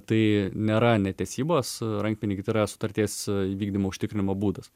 tai nėra netesybos rankpinigiai tai yra sutarties įvykdymo užtikrinimo būdas